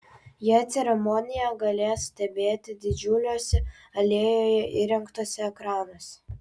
jie ceremoniją galės stebėti didžiuliuose alėjoje įrengtuose ekranuose